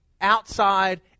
outside